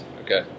Okay